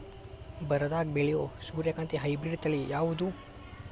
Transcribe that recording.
ಬರದಾಗ ಬೆಳೆಯೋ ಸೂರ್ಯಕಾಂತಿ ಹೈಬ್ರಿಡ್ ತಳಿ ಯಾವುದು?